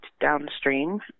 downstream